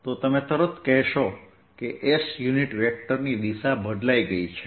તો તમે તરત કહેશો કે S યુનિટ વેક્ટરની દિશા બદલાઈ ગઈ છે